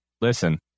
Listen